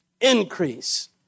increase